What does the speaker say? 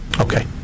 Okay